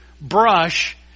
brush